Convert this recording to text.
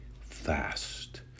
fast